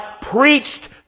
preached